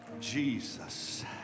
Jesus